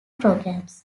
programs